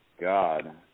God